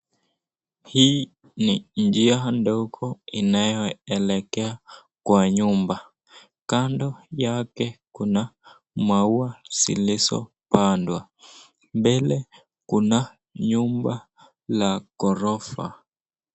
Hii ni njia ndogo inayoelekea kwa nyumba. Kando yake kuna maua zilizopandwa. Mbele kuna nyumba la ghorofa.